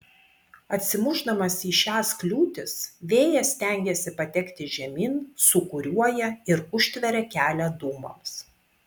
atsimušdamas į šias kliūtis vėjas stengiasi patekti žemyn sūkuriuoja ir užtveria kelią dūmams